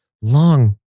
Long